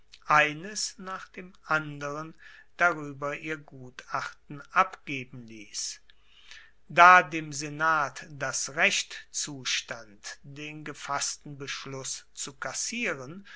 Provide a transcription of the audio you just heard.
eines nach dem anderen darueber ihr gutachten abgeben liess da dem senat das recht zustand den gefassten beschluss zu kassieren